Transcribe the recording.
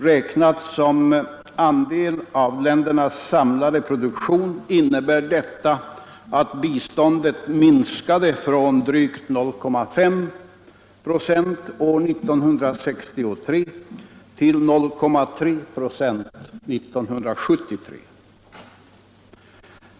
Räknat som andel av ländernas samlade produktion innebär detta att biståndet minskade från drygt 0,5 26 år 1963 till 0,3 96 1973.